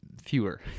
fewer